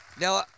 Now